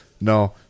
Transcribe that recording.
no